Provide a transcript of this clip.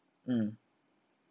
mm